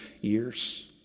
years